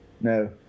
No